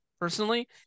personally